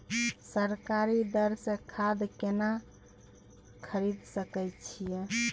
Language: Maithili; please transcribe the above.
सरकारी दर से खाद केना खरीद सकै छिये?